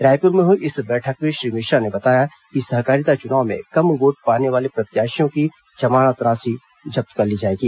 रायपुर में हुई इस बैठक में श्री मिश्रा ने बताया कि सहकारिता चुनाव में कम वोट पाने वाले प्रत्याशियों की जमानत राशि जब्त कर ली जाएगी